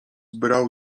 brał